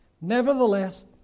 Nevertheless